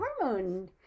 hormone